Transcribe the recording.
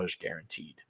guaranteed